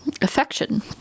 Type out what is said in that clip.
affection